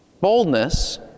Boldness